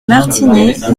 martinets